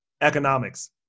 economics